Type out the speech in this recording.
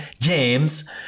James